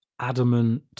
adamant